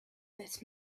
this